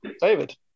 David